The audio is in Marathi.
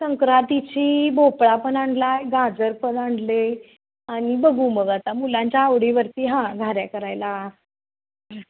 संक्रातीची भोपळा पण आणला आहे गाजर पण आणले आणि बघू मग आता मुलांच्या आवडीवरती हां घाऱ्या करायला